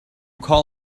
call